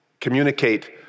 communicate